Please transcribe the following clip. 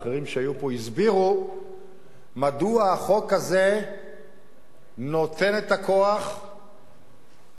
שהיו פה הסבירו מדוע החוק הזה נותן את הכוח לאנשים,